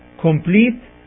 complete